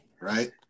Right